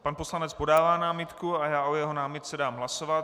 Pan poslanec podává námitku a já o jeho námitce dám hlasovat.